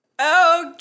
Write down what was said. Okay